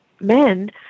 men